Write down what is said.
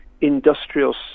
industrial